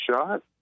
shot